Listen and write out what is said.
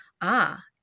Ah